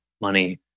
money